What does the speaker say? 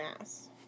ass